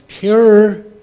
terror